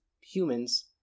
humans